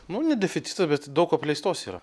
nu ne deficitas bet daug apleistos yra